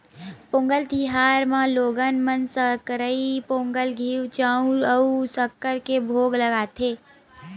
पोंगल तिहार म लोगन मन सकरई पोंगल, घींव, चउर अउ सक्कर के भोग लगाथे